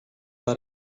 war